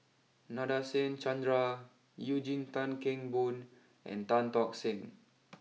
Nadasen Chandra Eugene Tan Kheng Boon and Tan Tock Seng